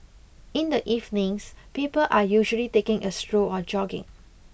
in the evenings people are usually taking a stroll or jogging